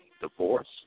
Divorce